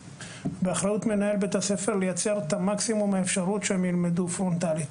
באחריות מנהל בית הספר לייצר את מקסימום האפשרות שהם ילמדו פרונטלית.